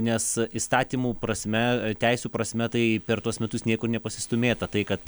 nes įstatymų prasme teisių prasme tai per tuos metus niekur nepasistūmėta tai kad